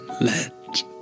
let